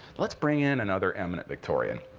let's bring in another eminent victorian.